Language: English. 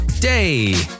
day